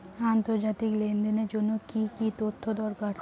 আন্তর্জাতিক লেনদেনের জন্য কি কি তথ্য দরকার?